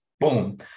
boom